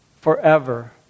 forever